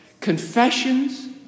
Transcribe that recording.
confessions